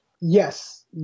Yes